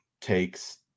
takes